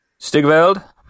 Stigveld